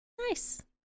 nice